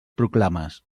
proclames